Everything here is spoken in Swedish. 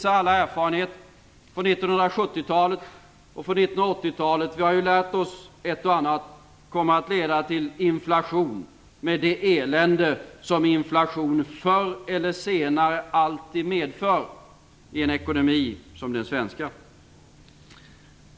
All erfarenhet från 1970-talet och 1980-talet visar - vi har ju lärt oss ett och annat - att detta kommer att leda till inflation med det elände som inflation förr eller senare alltid medför i en ekonomi som den svenska.